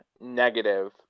negative